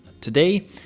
Today